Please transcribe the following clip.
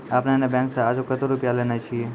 आपने ने बैंक से आजे कतो रुपिया लेने छियि?